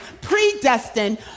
predestined